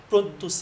mm